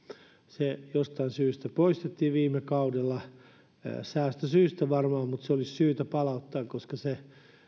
se jostain syystä poistettiin viime kaudella säästösyistä varmaan mutta se olisi syytä palauttaa koska se